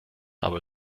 aber